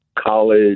college